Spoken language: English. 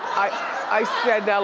i said,